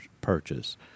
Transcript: purchase